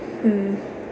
hmm